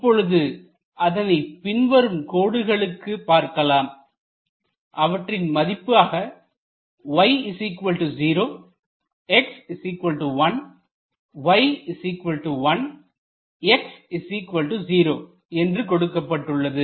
இப்பொழுது அதனை பின்வரும் கோடுகளுக்கு பார்க்கலாம் அவற்றின் மதிப்பாக y 0 x1 y1 x0 என்று கொடுக்கப்பட்டுள்ளது